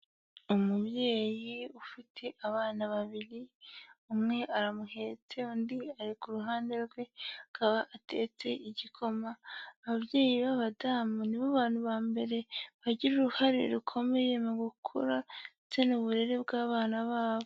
Umubyeyi ufite abana babiri, umwe aramuhetse undi ari ku ruhande rwe, akaba atetse igikoma, ababyeyi b'abadamu nibo bantu ba mbere bagira uruhare rukomeye mu gukura ndetse n'uburere bw'abana babo.